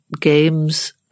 Games